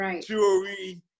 jewelry